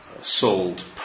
sold